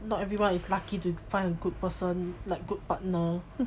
not everyone is lucky to find a good person like good partner